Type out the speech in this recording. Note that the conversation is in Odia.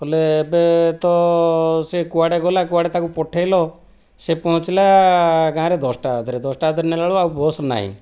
ହେଲେ ଏବେ ତ ସିଏ କୁଆଡ଼େ ଗଲା କୁଆଡ଼େ ତାକୁ ପଠେଇଲ ସେ ପହଞ୍ଚିଲା ଗାଁରେ ଦଶଟା ଭିତରେ ଦଶଟା ଭିତରେ ନେଲାବେଳକୁ ଆଉ ବସ୍ ନାହିଁ